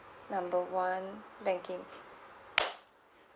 number one banking